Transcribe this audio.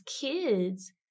kids